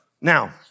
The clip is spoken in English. Now